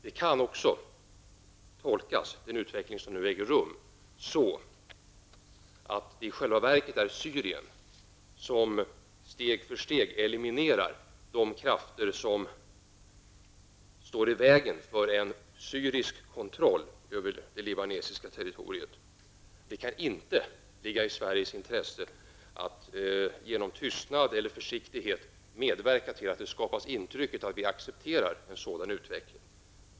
Den utveckling som nu äger rum kan också tolkas så, att det i själva verket är Syrien som steg för steg eliminerar de krafter som står i vägen för en syrisk kontroll av det libanesiska territoriet. Det kan inte ligga i Sveriges intresse att genom tystnad eller försiktighet medverka till att det skapas ett intryck av att vi accepterar en sådan utveckling.